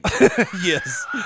Yes